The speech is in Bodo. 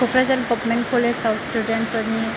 कक्राझार गबमेन्ट कलेजाव स्टुडेन्ट फोरनि